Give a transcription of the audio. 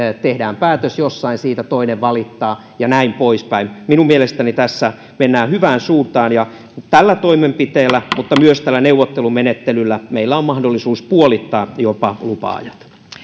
tehdään päätös jossain siitä toinen valittaa ja näin poispäin minun mielestäni tässä mennään hyvään suuntaan ja tällä toimenpiteellä mutta myös tällä neuvottelumenettelyllä meillä on mahdollisuus jopa puolittaa lupa ajat